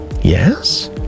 yes